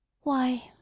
Why